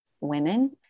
women